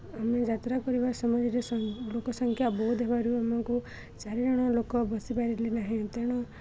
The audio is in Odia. ଆମେ ଯାତ୍ରା କରିବା ସମୟରେ ଲୋକ ସଂଖ୍ୟା ବହୁତ୍ ହେବାରୁ ଆମକୁ ଚାରିଜଣ ଲୋକ ବସିପାରିଲେ ନାହିଁ ତେଣୁ